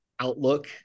outlook